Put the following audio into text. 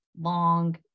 long